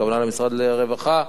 הכוונה למשרד לענייני רווחה,